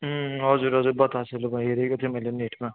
अँ हजुर हजुर बतासे लुप हेरेको थिएँ मैले पनि नेटमा